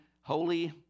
holy